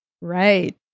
Right